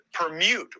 permute